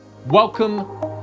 Welcome